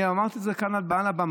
אני אמרתי את זה כאן מעל הבמה